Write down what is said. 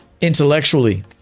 intellectually